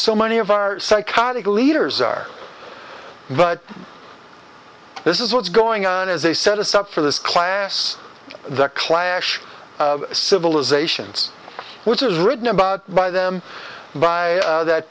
so many of our psychotic leaders are but this is what's going on is they set us up for this class the clash of civilizations which was written about by them by that